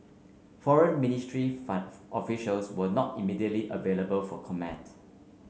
foreign ministry officials were not immediately available for comment